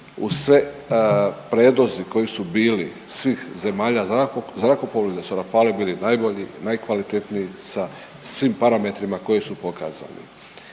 uz sve prijedlozi koji su bili svih zemalja zrakoplovi da su rafali bili najbolji, najkvalitetniji sa svim parametrima koje su pokazali